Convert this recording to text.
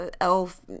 elf